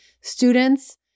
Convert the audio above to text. students